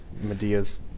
Medea's